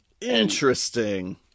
Interesting